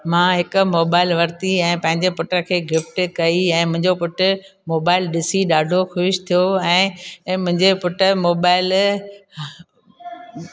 मां हिक मोबाइल वरिती ऐं पंहिंजे पुट्र खे गिफ्ट कई गिफ्ट कई ऐं मुंहिंजो पुट मोबाइल ॾिसी ॾाढो ख़ुशि थिओ ऐं ऐं मुंहिंजे पुटु मोबाइल